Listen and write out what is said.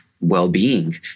well-being